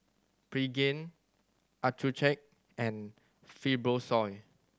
Pregain Accucheck and Fibrosol